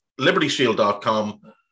libertyshield.com